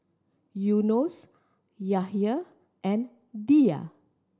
Yunos Yahya and Dhia